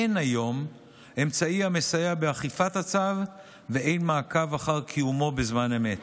אין היום אמצעי המסייע באכיפת הצו ואין מעקב אחר קיומו בזמן אמת.